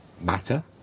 matter